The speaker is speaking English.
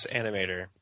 animator